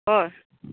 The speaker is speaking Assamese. হয়